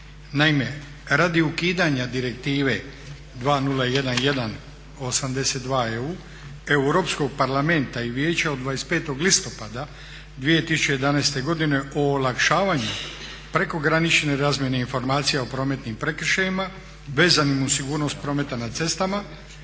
Naime, radi ukidanja Direktive 2001/82 EU Europskog parlamenta i Vijeća od 25.listopada 2011.godine o olakšavanju prekogranične razmjene informacija o prometnim prekršajima, vezanim uz sigurnost prometa na cestama,